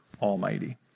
Almighty